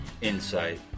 insight